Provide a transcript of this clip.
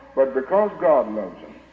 but because god and loves them.